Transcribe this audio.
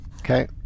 Okay